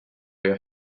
your